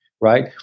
right